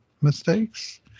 mistakes